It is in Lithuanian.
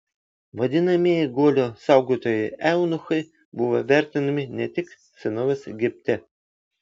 vadinamieji guolio saugotojai eunuchai buvo vertinami ne tik senovės egipte